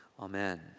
Amen